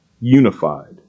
unified